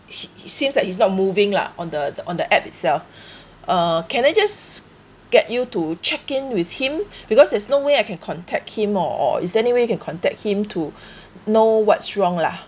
he it seems like he's not moving lah on the the on the app itself uh can I just get you to check in with him because there's no way I can contact him or or is there any way you can contact him to know what's wrong lah